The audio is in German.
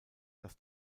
dass